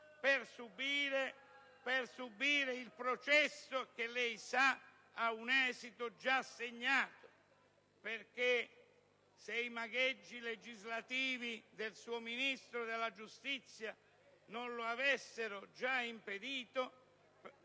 per subire il processo che - lei lo sa - ha un esito già segnato, perché, se i magheggi legislativi del suo Ministro della giustizia non lo avessero già impedito,